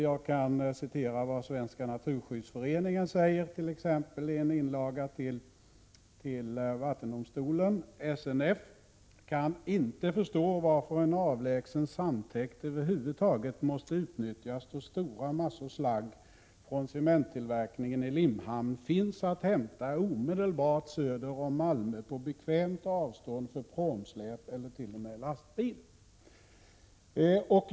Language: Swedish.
Jag kan citera vad t.ex. Svenska naturskyddsföreningen säger i en inlaga till vattendomstolen: SNF kan inte förstå varför en avlägsen sandtäkt över huvud taget måste utnyttjas, då stora massor slagg från cementtillverkningen i Limhamn finns att hämta omedelbart söder om Malmö på bekvämt avstånd för pråmsläp eller t.o.m. lastbil.